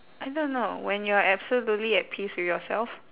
I don't know when you're absolutely at peace with yourself